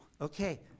Okay